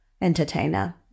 entertainer